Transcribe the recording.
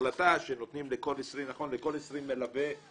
החלטה שנותנים לכל 20, מלווה.